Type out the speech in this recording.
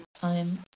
time